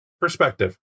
perspective